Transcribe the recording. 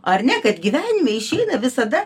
ar ne kad gyvenime išeina visada